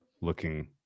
looking